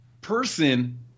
person